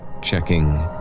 Checking